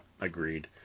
agreed